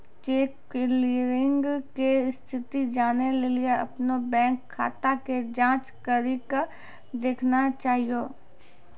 cheque clearing के स्थिति जानै लेली अपनो बैंक खाता के जांच करि के देखना चाहियो